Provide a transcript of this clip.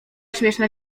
śmieszna